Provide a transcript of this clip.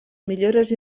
millores